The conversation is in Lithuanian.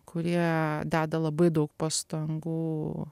kurie deda labai daug pastangų